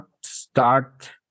start